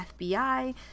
FBI